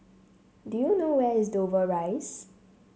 do you know where is Dover Rise